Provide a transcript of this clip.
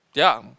ya